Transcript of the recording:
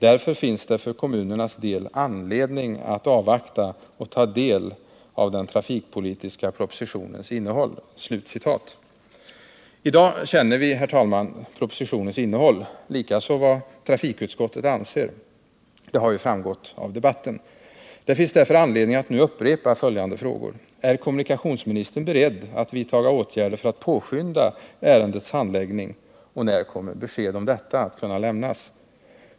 Därför finns det för kommunernas del anledning att avvakta och ta del av den trafikpolitiska propositionens innehåll.” I dag känner vi, herr talman, propositionens innehåll; likaså vad trafikutskottet anser — det har ju framgått av debatten. Det finns därför anledning att nu upprepa följande frågor: Är kommunikationsministern beredd att vidta åtgärder för att påskynda ärendets handläggning? När kommer besked om detta att kunna lämnas?